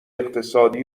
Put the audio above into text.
اقتصادی